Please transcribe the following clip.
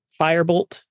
Firebolt